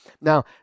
Now